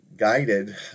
guided